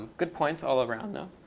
good points all around, though.